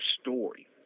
story